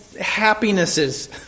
happinesses